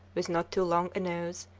with not too long a nose,